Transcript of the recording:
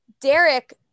Derek